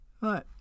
Right